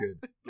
good